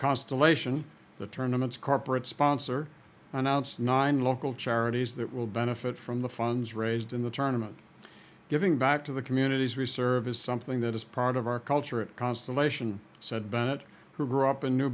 constellation the tournaments corporate sponsor announced nine local charities that will benefit from the funds raised in the tournaments giving back to the communities research is something that is part of our culture it constellation said bennett who grew up in new